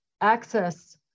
access